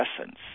essence